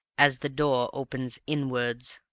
as the door opens inwards.